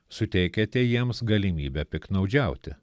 suteikiate jiems galimybę piktnaudžiauti